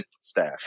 staff